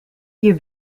your